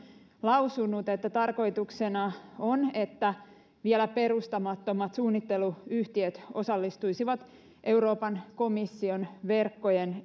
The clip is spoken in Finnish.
lausunut että tarkoituksena on että vielä perustamattomat suunnitteluyhtiöt osallistuisivat euroopan komission verkkojen